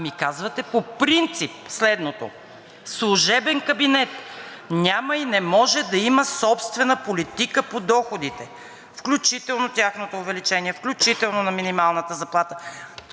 ми казвате по принцип следното: „Служебен кабинет няма и не може да има собствена политика по доходите, включително тяхното увеличение, включително на минималната заплата“,